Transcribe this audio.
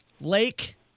Lake